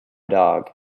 dog